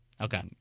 okay